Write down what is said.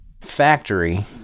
factory